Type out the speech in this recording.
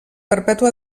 perpètua